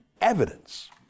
evidence